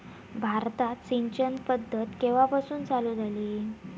भारतात सिंचन पद्धत केवापासून चालू झाली?